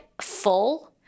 full